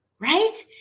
Right